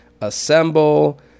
assemble